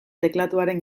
teklatuaren